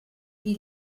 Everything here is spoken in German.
die